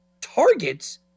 targets